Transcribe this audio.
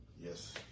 Yes